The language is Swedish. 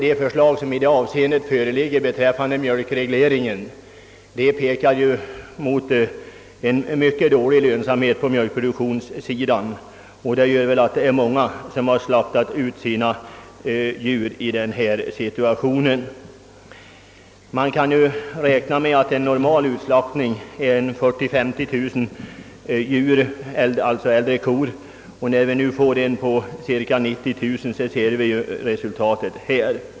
Det förslag som föreligger beträffande mjölkregleringen pekar också mot en mycket dålig lönsamhet på mjölkproduktionen, varför det är många som i denna situation slaktat ut sina djur. Man kan räkna med att en normal utslaktning uppgår till 40 000—50 000 äldre kor, men när vi nu får en utslaktning på cirka 90 000, måste detta få verkningar.